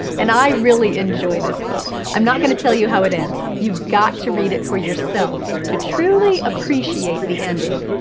and i really enjoy this book. i'm not going to tell you how it ends. you've got to read it for yourself to truly appreciate the ending.